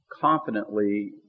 confidently